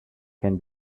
can